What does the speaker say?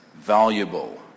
valuable